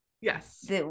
yes